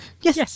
Yes